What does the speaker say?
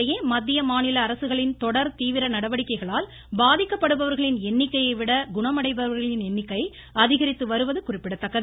இதனிடையே மத்திய மாநில அரசுகளின் தொடர் தீவிர நடவடிக்கைகளால் பாதிக்கப்படுபவர்களின் எண்ணிக்கையை விட குணமடைபவர்களின் எண்ணிக்கை அதிகரித்து வருவது குறிப்பிடத்தக்கது